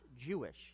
Jewish